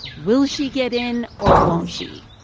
will she get in, or won't she?